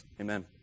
Amen